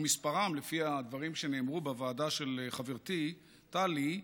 מספרם, לפי הדברים שנאמרו בוועדה של חברתי טלי,